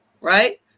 right